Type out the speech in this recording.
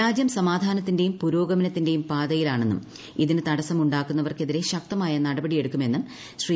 രാജ്യം സമാധാനത്തിന്റെയും പുരോഗമനത്തിന്റെയും പാതയിൽ ആണെന്നും ഇതിനു തടസം ഉണ്ടാക്കുന്നവർക്കെതിരെ ശക്തമായ നടപടി എടുക്കുമെന്നും ശ്രീ